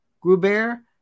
Gruber